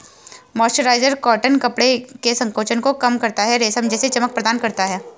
mercerised cotton कपड़े के संकोचन को कम करता है, रेशम जैसी चमक प्रदान करता है